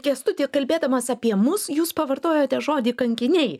kęstuti kalbėdamas apie mus jūs pavartojote žodį kankiniai